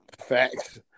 Facts